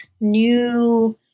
new